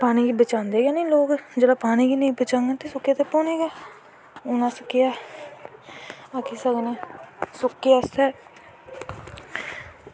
पानी गी बचांदे गै नी लोग जिसलै पानी गी नी बचाङन ते सिुक्का ते पौना गै ऐ हून अस केह् आक्खी सकनें आं सुक्कै आस्तै